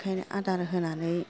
ओंखायनो आदार होनानै